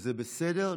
זה בסדר.